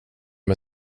med